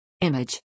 Image